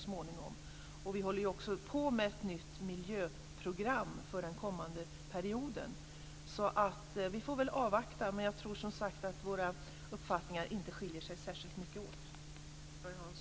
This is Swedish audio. Vi håller också på med ett nytt miljöprogram för den kommande perioden, så vi får väl avvakta. Men jag tror, som sagt, att våra uppfattningar inte skiljer sig särskilt mycket åt.